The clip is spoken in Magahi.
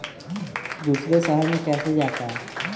दूसरे शहर मे कैसे जाता?